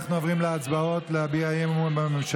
אנחנו עוברים להצבעות על הבעת אי-אמון בממשלה.